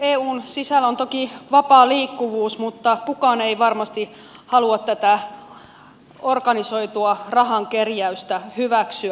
eun sisällä on toki vapaa liikkuvuus mutta kukaan ei varmasti halua tätä organisoitua rahan kerjäystä hyväksyä